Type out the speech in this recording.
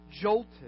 jolted